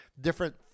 different